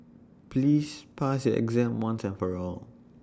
please pass your exam once and for all